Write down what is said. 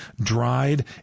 dried